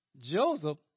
Joseph